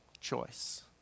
choice